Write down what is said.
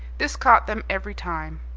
this caught them every time.